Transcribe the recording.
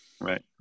right